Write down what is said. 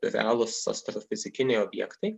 realūs astrofizikiniai objektai